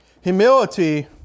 Humility